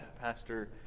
Pastor